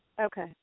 Okay